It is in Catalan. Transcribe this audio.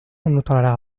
anotarà